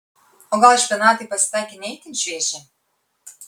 o gal špinatai pasitaikė ne itin švieži